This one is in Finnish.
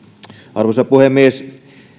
arvoisa puhemies